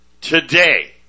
Today